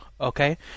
Okay